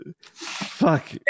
Fuck